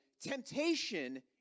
temptation